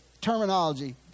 terminology